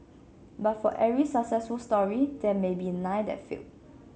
but for every successful story there may be nine that failed